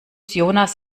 jonas